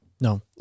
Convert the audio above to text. No